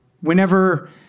Whenever